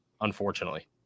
unfortunately